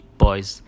boys